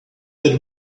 that